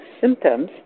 symptoms